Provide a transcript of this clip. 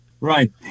right